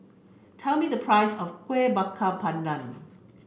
tell me the price of Kuih Bakar Pandan